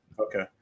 Okay